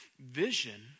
Vision